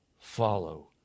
Follow